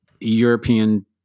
European